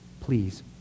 Please